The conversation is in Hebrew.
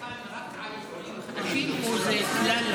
זה חל רק על עולים חדשים או זה כלל,